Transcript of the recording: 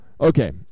Okay